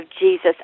Jesus